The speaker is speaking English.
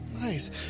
Nice